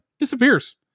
disappears